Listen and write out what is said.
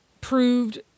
proved